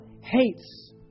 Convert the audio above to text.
hates